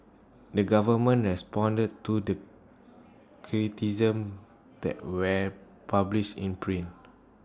the government has responded to the criticisms that where published in print